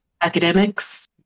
Academics